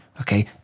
Okay